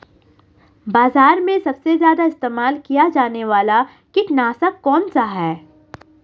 बाज़ार में सबसे ज़्यादा इस्तेमाल किया जाने वाला कीटनाशक कौनसा है?